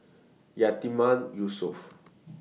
Yatiman Yusof